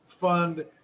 fund